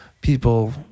people